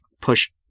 push